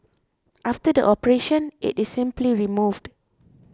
after the operation it is simply removed